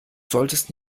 solltest